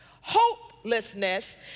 Hopelessness